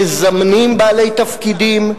מזמנים בעלי תפקידים,